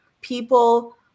people